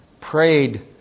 prayed